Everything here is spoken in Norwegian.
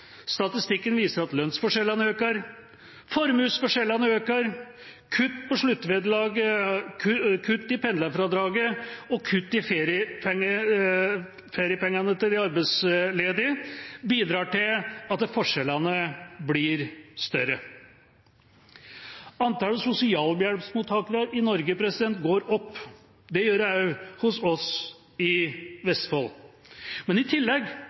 Statistikken viser at lønnsforskjellene øker, formuesforskjellene øker. Kutt i sluttvederlag, kutt i pendlerfradraget og kutt i feriepengene til de arbeidsledige bidrar til at forskjellene blir større. Antallet sosialhjelpsmottakere i Norge går opp. Det gjør det også hos oss i Vestfold. Men i tillegg